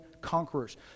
conquerors